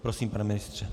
Prosím, pane ministře.